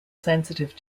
sensitive